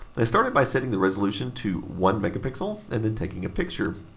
i started by setting the resolution to one megapixel, and then taking a picture,